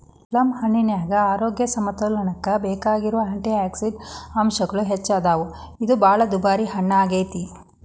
ಪ್ಲಮ್ಹಣ್ಣಿನ್ಯಾಗ ಆರೋಗ್ಯ ಸಮತೋಲನಕ್ಕ ಬೇಕಾಗಿರೋ ಆ್ಯಂಟಿಯಾಕ್ಸಿಡಂಟ್ ಅಂಶಗಳು ಹೆಚ್ಚದಾವ, ಇದು ಬಾಳ ದುಬಾರಿ ಹಣ್ಣಾಗೇತಿ